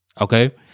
okay